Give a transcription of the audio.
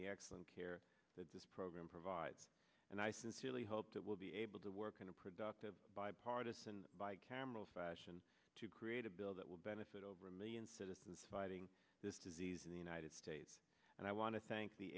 the excellent care that this program provides and i sincerely hope that we'll be able to work in a productive bipartisan by camel fashion to create a bill that will benefit over a million citizens fighting this disease in the united states and i want to thank the